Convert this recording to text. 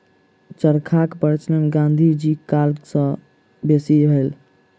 चरखाक प्रचलन गाँधी जीक काल मे सब सॅ बेसी भेल